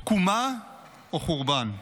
תקומה או חורבן.